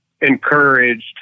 encouraged